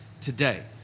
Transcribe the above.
today